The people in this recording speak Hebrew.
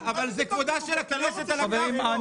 זה כבודה של הכנסת על הכף.